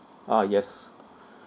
ah yes